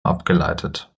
abgeleitet